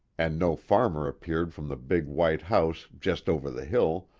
and no farmer appeared from the big white house just over the hill,